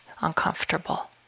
uncomfortable